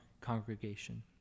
congregation